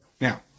Now